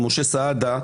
משה סעדה,